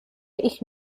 ich